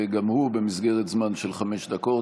גם הוא במסגרת זמן של חמש דקות.